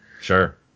Sure